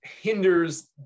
hinders